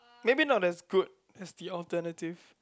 maybe not as good as the alternative